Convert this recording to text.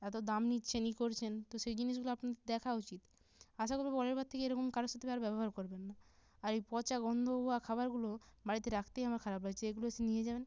এত দাম নিচ্ছেন ইয়ে করছেন তো সেই জিনিসগুলো আপনাদের দেখা উচিত আশা করবো পরেরবার থেকে এরকম কারোর সাথে আর ব্যবহার করেবন না আর এই পচা গন্ধ হওয়া খাবারগুলো বাড়িতে রাখতেই আমার খারাপ লাগছে এগুলো এসে নিয়ে যাবেন